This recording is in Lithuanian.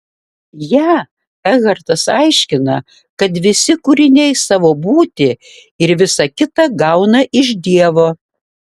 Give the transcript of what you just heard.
ją ekhartas aiškina kad visi kūriniai savo būtį ir visa kita gauna iš dievo